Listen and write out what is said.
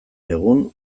egun